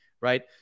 right